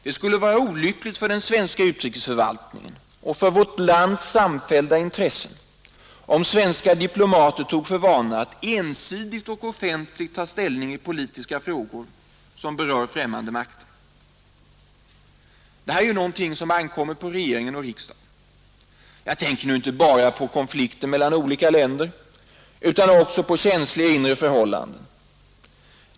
Det skulle vara olyckligt för den svenska utrikesförvaltningen och för vårt lands samfällda intressen, om svenska diplomater gjorde till vana att ensidigt och offentligt ta ställning i politiska frågor som berör främmande makter. Detta är någonting som ankommer på regeringen och riksdagen. Jag tänker nu inte bara på konflikter mellan olika länder utan också på känsliga inre förhållanden.